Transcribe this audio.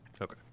Okay